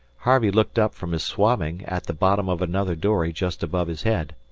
harvey looked up from his swabbing at the bottom of another dory just above his head.